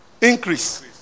Increase